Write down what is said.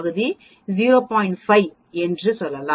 5 என்று சொல்லலாம்